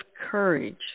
courage